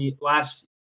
last